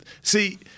See